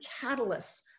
catalysts